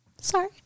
Sorry